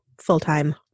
full-time